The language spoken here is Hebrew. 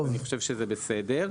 אני חושב שזה בסדר.